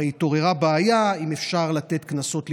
הרי התעוררה בעיה אם אפשר לתת קנסות לילדים,